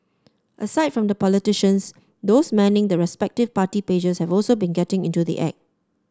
aside from the politicians those manning the respective party pages have also been getting into the act